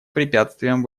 препятствием